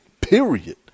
period